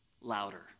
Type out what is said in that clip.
louder